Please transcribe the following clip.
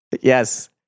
Yes